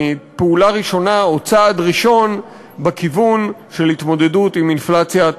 פעולה ראשונה או צעד ראשון בכיוון של התמודדות עם אינפלציית